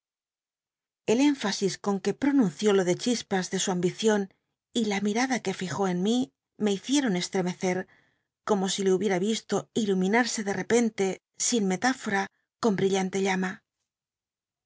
el énfasis con que pronunció lo de chispas de su ambicion y la mirada que fijó en mí me hicieron estremecer como si le hubiera vist o ilumina rse de repente sin metáfora con brillante llama